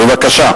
בבקשה.